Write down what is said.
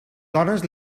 dones